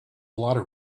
blotter